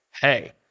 hey